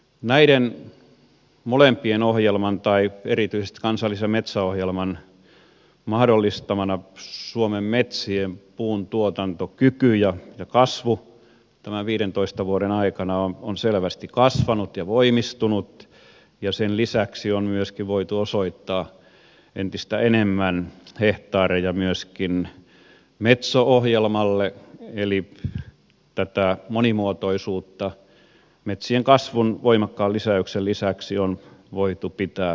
näiden molempien ohjelmien tai erityisesti kansallisen metsäohjelman mahdollistamana suomen metsien puuntuotantokyky ja kasvu ovat tämän viidentoista vuoden aikana selvästi voimistuneet ja sen lisäksi on voitu osoittaa entistä enemmän hehtaareja myöskin metso ohjelmalle eli tätä monimuotoisuutta metsien kasvun voimakkaan lisäyksen lisäksi on voitu pitää yllä